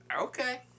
Okay